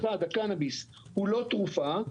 הקנאביס הוא לא תרופה.